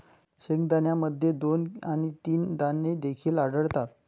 शेंगदाण्यामध्ये दोन आणि तीन दाणे देखील आढळतात